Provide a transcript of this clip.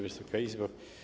Wysoka Izbo!